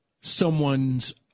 someone's